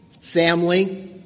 family